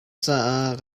caah